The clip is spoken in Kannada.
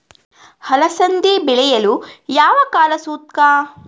ಅಲಸಂದಿ ಬೆಳೆಯಲು ಯಾವ ಕಾಲ ಸೂಕ್ತ?